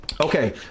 Okay